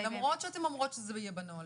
למרות שאתן אומרות שזה יהיה בנהלים.